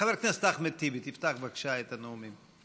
חבר הכנסת אחמד טיבי, תפתח בבקשה את הנאומים.